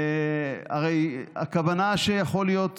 הרי הכוונה שזה יכול להיות